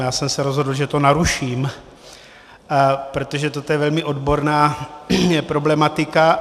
Já jsem se rozhodl, že to naruším, protože toto je velmi odborná problematika.